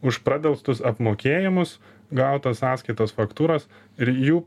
už pradelstus apmokėjimus gautos sąskaitos faktūros ir jų